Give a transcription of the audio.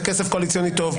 זה כסף קואליציוני טוב,